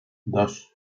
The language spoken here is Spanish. dos